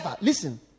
listen